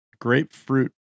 grapefruit